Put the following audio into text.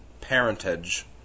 parentage